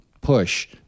push